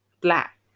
black